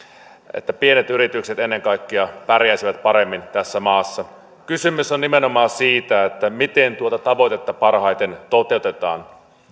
että pienet yritykset ennen kaikkea pärjäisivät paremmin tässä maassa kysymys on nimenomaan siitä miten tuota tavoitetta parhaiten toteutetaan